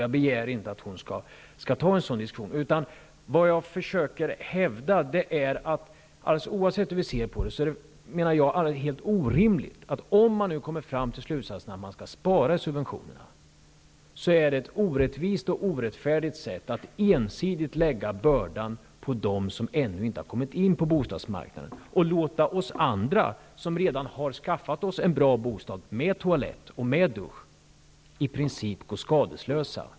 Jag begär inte att hon skall ta en sådan diskussion. Om man nu kommer fram till slutsatsen att spara på subventionerna, hävdar jag att det är helt orimligt, orättvist och orättfärdigt att ensidigt lägga bördan på dem som ännu inte har kommit in på bostadsmarknaden och låta oss andra som redan har skaffat oss en bra bostad med toalett och dusch i princip gå skadeslösa.